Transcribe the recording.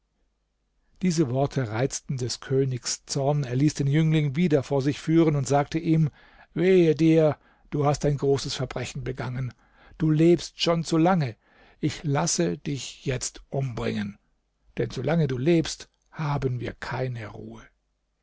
diese worte reizten des königs zorn er ließ den jüngling wieder vor sich führen und sagte ihm wehe dir du hast ein großes verbrechen begangen du lebst schon zu lange ich lasse dich jetzt umbringen denn solange du lebst haben wir keine ruhe